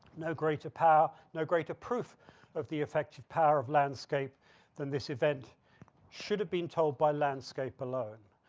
no greater power, no greater proof of the effective power of landscape than this event should have been told by landscape alone.